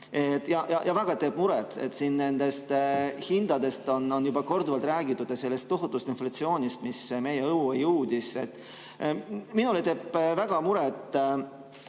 Ja väga teeb muret. Siin nendest hindadest on juba korduvalt räägitud ja ka sellest tohutust inflatsioonist, mis meie õue jõudis. Minule teevad väga muret